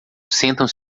sentam